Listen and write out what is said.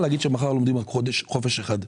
ולהגיד שממחר יש רק חודש חופש אחד.